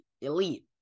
elite